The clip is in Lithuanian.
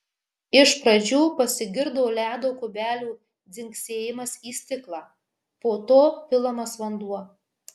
iš pradžių pasigirdo ledo kubelių dzingsėjimas į stiklą po to pilamas vanduo